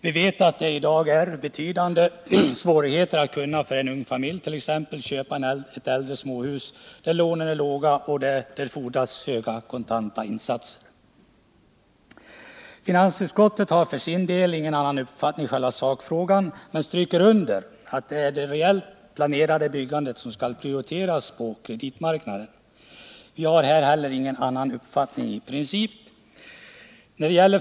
Vi vet att det i dag är betydande svårigheter för en ung familj att köpa ett äldre småhus, där lånen är låga och där det fordras en hög kontantinsats. Finansutskottet har för sin del ingen annan uppfattning i själva sakfrågan men stryker under att det är det realt planerade byggandet som skall prioriteras på kreditmarknaden. Vi har heller inte någon annan uppfattning i princip.